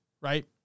right